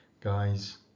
guys